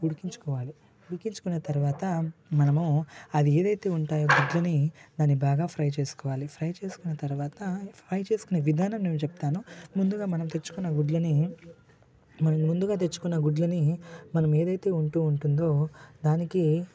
ఉడికించుకోవాలి ఉడికించుకున్న తర్వాత మనము అవి ఏదైతే ఉంటాయో గుడ్లని దానిని బాగా ఫ్రై చేసుకోవాలి ఫ్రై చేసుకున్న తర్వాత ఫ్రై చేసుకునే విధానం నేను చెప్తాను ముందుగా మనము తెచ్చుకున్న గుడ్లని మనం ముందుగా తెచ్చుకున్న గుడ్లని మనం ఏదైతే ఉంటూ ఉంటుందో దానికి